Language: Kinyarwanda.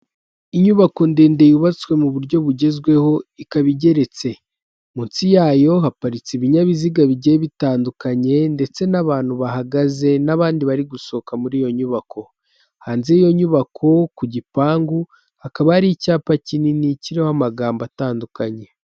Inyubako ndende yubatswe mu buryo bugezweho ikaba igeretse. Munsi yayo haparitse ibinyabiziga bigiye bitandukanye ndetse n'abantu bahagaze n'abandi bari gusohoka muri iyo nyubako. Hanze y'iyo nyubako ku gipangu hakaba hari icyapa kinini kiriho amagambo atandukanye.